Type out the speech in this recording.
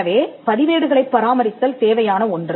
எனவே பதிவேடுகளைப் பராமரித்தல் தேவையான ஒன்று